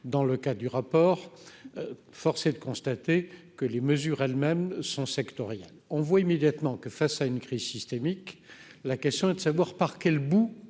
dans le cas du rapport forcé de constater que les mesures elles-mêmes sont sectoriels, on voit immédiatement que face à une crise systémique, la question est de savoir par quel bout